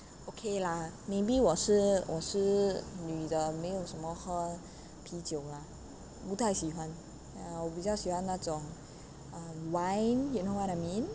okay lah maybe 我是我是女的没有什么喝啤酒不太喜欢我比较喜欢那种 wine you know what I mean